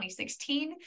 2016